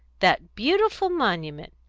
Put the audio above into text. that beautiful monument!